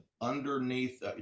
underneath